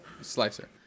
Slicer